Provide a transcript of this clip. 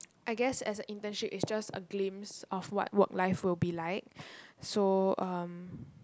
I guess as a internship it's just a glimpse of what work life would be like so um